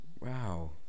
Wow